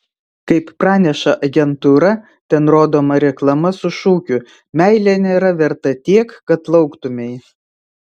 kaip praneša agentūra ten rodoma reklama su šūkiu meilė nėra verta tiek kad lauktumei